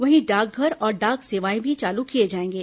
वहीं डाकघर और डाक सेवाएं भी चालू किए जाएंगे